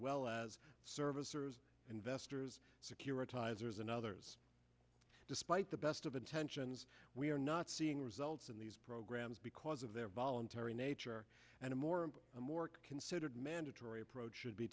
well as servicers investors securitize and others despite the best of intentions we are not seeing results in these programs because of their voluntary nature and a more and more considered mandatory approach should be